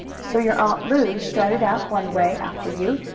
so your aunt lu started out one way after you,